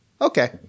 Okay